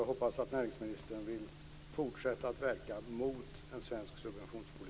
Jag hoppas att näringsministern vill fortsätta att verka mot en svensk subventionspolitik.